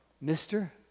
mister